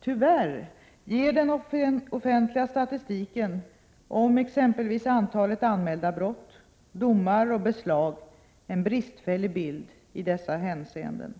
Tyvärr ger den offentliga statistiken om exempelvis antalet anmälda brott, domar och beslag en bristfällig bild i dessa hänseenden.